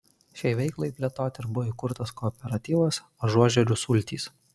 šiai veiklai plėtoti ir buvo įkurtas kooperatyvas ažuožerių sultys